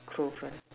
cloth one